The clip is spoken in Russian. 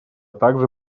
также